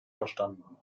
verstanden